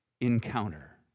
encounter